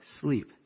sleep